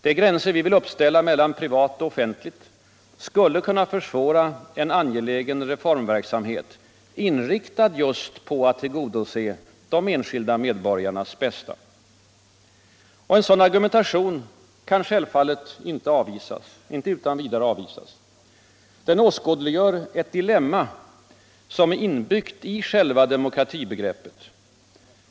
De gränser vi vill uppställa mellan privat och offentligt skulle kunna försvåra en angelägen reformverksamhet inriktad just på att tillgodose de enskilda medborgarnas bästa. En sådan argumentation kan självfallet inte utan vidare avvisas. Den åskådliggör ett dilemma som är inbyggt i själva demokratibegreppet.